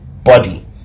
body